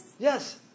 Yes